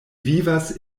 vivas